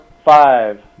five